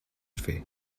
fer